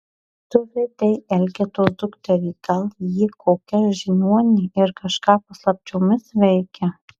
tu vedei elgetos dukterį gal ji kokia žiniuonė ir kažką paslapčiomis veikia